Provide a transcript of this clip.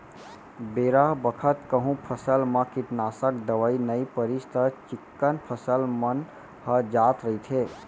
बेरा बखत कहूँ फसल म कीटनासक दवई नइ परिस त चिक्कन फसल मन ह जात रइथे